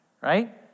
right